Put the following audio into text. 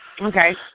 Okay